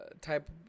type